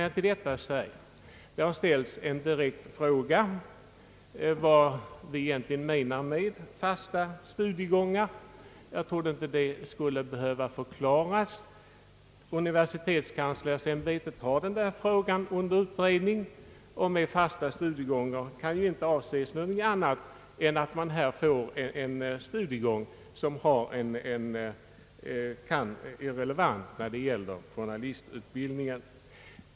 Det har ställts en direkt fråga till mig vad som menas med fasta studiegångar. Jag trodde inte att det skulle behöva förklaras. Universitetskanslersämbetet har denna fråga under utredning. Med fasta studiegångar kan ju inte avses någonting annat än att en studiegång införes som är relevant när det gäller journalistutbildningen.